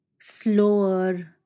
slower